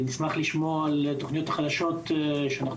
נשמח לשמוע על התכניות החדשות שאנחנו